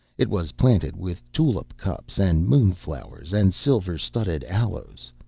it was planted with tulip-cups and moonflowers, and silver-studded aloes.